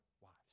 wives